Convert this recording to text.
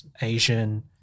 Asian